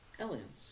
Aliens